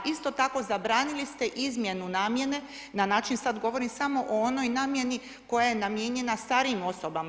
Isto tako, zabrani ste izmjenu namjene na način, sad govorim samo o onom namjeni koja je namijenjena starijim osobama.